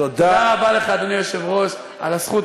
תודה רבה לך, אדוני היושב-ראש, על הזכות.